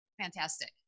Fantastic